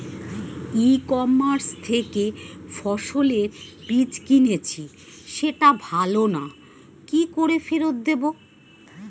ই commerce থেকে ফসলের বীজ কিনেছি সেটা ভালো না কি করে ফেরত দেব?